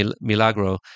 Milagro